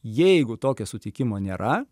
jeigu tokio sutikimo nėra